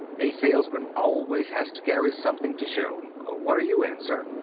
a salesman always has to carry something to show. what are you in, sir?